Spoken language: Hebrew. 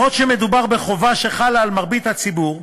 אף שמדובר בחובה שחלה על מרבית הציבור,